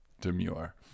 demure